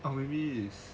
or maybe is